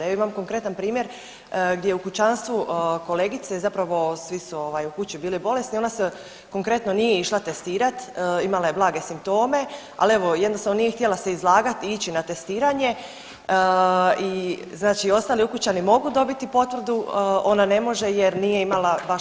Ja imam konkretan primjer gdje u kućanstvu kolegice zapravo svi su u kući bili bolesni ona se konkretno nije išla testirat, imala je blage simptome, ali evo jednostavno nije se htjela izlagat i ići na testiranje i znači ostali ukućani mogu dobiti potvrdu ona ne može jer nije imala baš